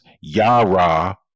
Yara